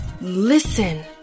listen